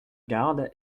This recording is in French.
garde